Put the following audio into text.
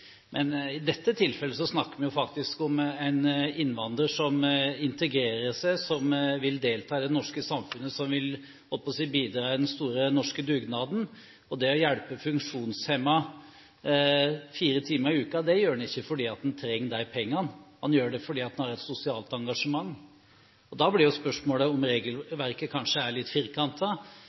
men i dette tilfellet snakker vi faktisk om en innvandrer som integrerer seg, som vil delta i det norske samfunn, som vil – jeg holdt på å si – bidra i den store norske dugnaden. Han hjelper ikke en funksjonshemmet fire timer i uken fordi han trenger de pengene. Han gjør det fordi han har et sosialt engasjement. Da blir jo spørsmålet om regelverket kanskje er litt